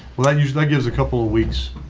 well, that usually gives a couple of weeks.